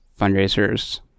fundraisers